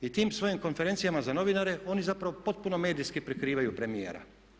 I tim svojim konferencijama za novinare oni zapravo potpuno medijski prikrivaju premijera.